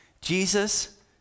Jesus